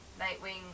Nightwing